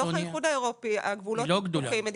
בתוך האיחוד האירופי הגבולות פתוחים.